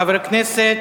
חבר הכנסת